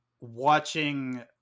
watching